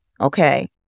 okay